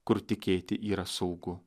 kur tikėti yra saugu